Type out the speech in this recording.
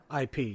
ip